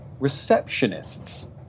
receptionists